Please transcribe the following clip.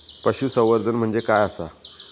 पशुसंवर्धन म्हणजे काय आसा?